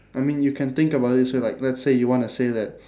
I mean you can think about this way like let's say you want to say that